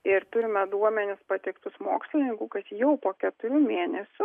ir turime duomenis pateiktus mokslininkų kad jau po keturių mėnesių